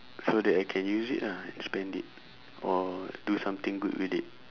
so that I can use it ah spend it or do something good with it